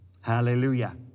Hallelujah